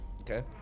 Okay